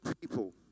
people